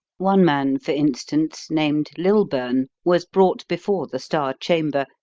one man, for instance, named lilburne, was brought before the star chamber,